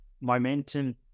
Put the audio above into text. momentum